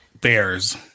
bears